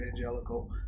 evangelical